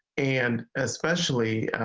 and especially